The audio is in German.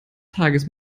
tages